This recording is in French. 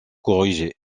corriger